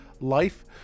life